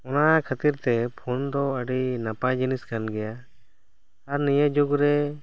ᱚᱱᱟ ᱠᱷᱟᱹᱛᱤᱨ ᱛᱮ ᱯᱷᱳᱱ ᱫᱚ ᱟᱹᱰᱤ ᱱᱟᱯᱟᱭ ᱡᱤᱱᱤᱥ ᱠᱟᱱ ᱜᱮᱭᱟ ᱟᱨ ᱱᱤᱭᱟ ᱡᱩᱜᱽ ᱨᱮ